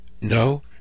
No